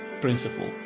principle